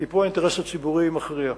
כי פה האינטרס הציבורי מכריע.